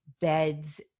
beds